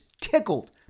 tickled